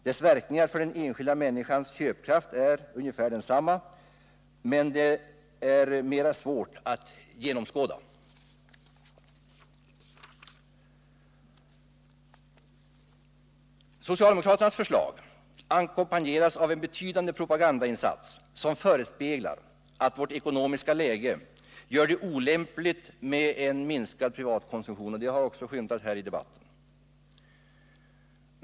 Dess verkningar för den enskilda människans köpkraft är ungefär desamma men svårare att genomskåda. Socialdemokraternas förslag ackompanjeras av en betydande propagandainsats som förespeglar att vårt ekonomiska läge gör det olämpligt med en minskad privat konsumtion. Detta har också skymtat här i debatten.